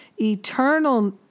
Eternal